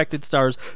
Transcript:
stars